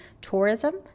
tourism